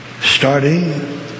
Starting